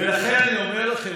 ולכן אני אומר לכם,